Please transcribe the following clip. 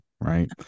right